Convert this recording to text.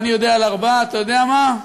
אתה יודע מה?